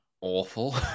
awful